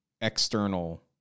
external